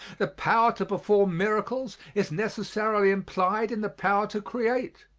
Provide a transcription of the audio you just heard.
the power to perform miracles is necessarily implied in the power to create.